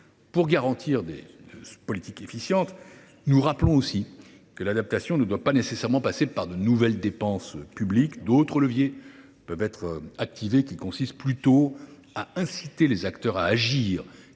Pour garantir des politiques efficientes, nous rappelons aussi que l’adaptation ne doit pas nécessairement passer par de nouvelles dépenses publiques. D’autres leviers peuvent être activés, qui consistent plutôt à inciter les acteurs à agir